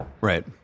Right